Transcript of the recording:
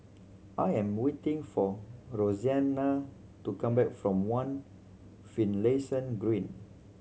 I am waiting for Roseanna to come back from One Finlayson Green